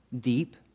deep